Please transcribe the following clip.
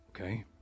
Okay